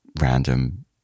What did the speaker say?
random